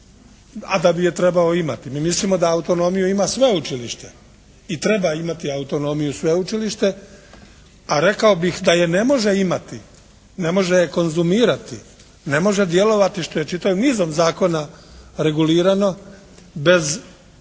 a da bi je trebao imati. Mi mislimo da autonomiju ima sveučilište i treba imati autonomiju sveučilište. A rekao bih da je ne može imati, ne može je konzumirati, ne može djelovati, što je čitavim nizom zakona regulirano bez ne